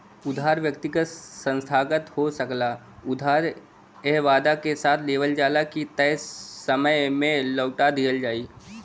उधार व्यक्तिगत संस्थागत हो सकला उधार एह वादा के साथ लेवल जाला की तय समय में लौटा दिहल जाइ